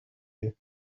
you